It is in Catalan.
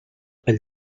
pel